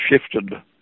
shifted